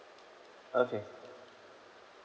okay